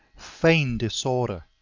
feign disorder,